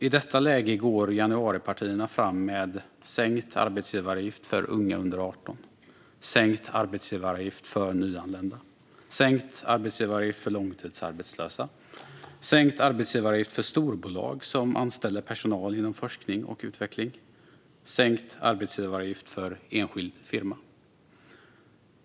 I detta läge går januaripartierna fram med sänkt arbetsgivaravgift för unga under 18 år, sänkt arbetsgivaravgift för nyanlända, sänkt arbetsgivaravgift för långtidsarbetslösa, sänkt arbetsgivaravgift för storbolag som anställer personal inom forskning och utveckling och sänkt arbetsgivaravgift för enskild firma.